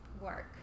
work